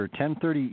10.30